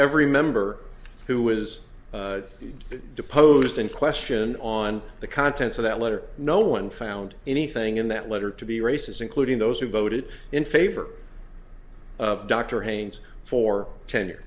every member who was deposed in question on the contents of that letter no one found anything in that letter to be races including those who voted in favor of dr haynes for ten years